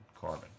carbon